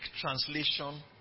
translation